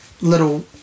little